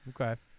okay